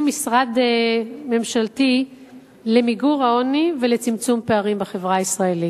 משרד ממשלתי למיגור העוני ולצמצום פערים בחברה הישראלית.